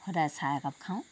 সদায় চাহ একাপ খাওঁ